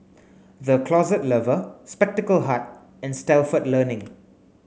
the Closet Lover Spectacle Hut and Stalford Learning